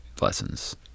lessons